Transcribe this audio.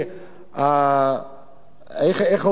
איך אומרים?